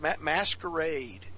masquerade